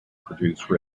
produce